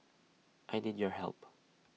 I need your help